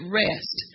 rest